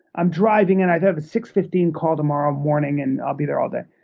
i'm driving and i have a six fifteen call tomorrow morning, and i'll be there all day.